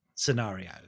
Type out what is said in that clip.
scenario